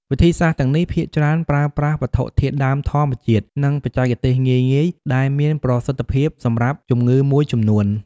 វិធីសាស្ត្រទាំងនេះភាគច្រើនប្រើប្រាស់វត្ថុធាតុដើមធម្មជាតិ និងបច្ចេកទេសងាយៗ ដែលមានប្រសិទ្ធភាពសម្រាប់ជំងឺមួយចំនួន។